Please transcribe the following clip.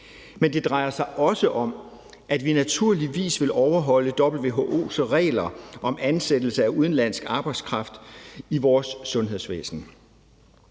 Men det drejer sig også om, at vi naturligvis vil overholde WHO's regler om ansættelse af udenlandsk arbejdskraft i vores sundhedsvæsen.